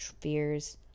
fears